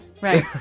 Right